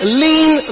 lean